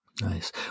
Nice